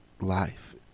life